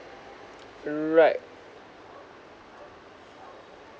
right